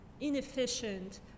inefficient